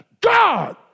God